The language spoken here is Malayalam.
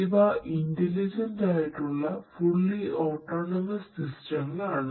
ഇവ ഇന്റലിജന്റ് ആണ്